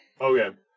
Okay